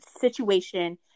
situation